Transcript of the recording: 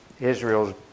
Israel's